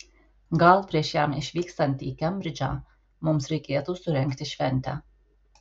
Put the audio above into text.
gal prieš jam išvykstant į kembridžą mums reikėtų surengti šventę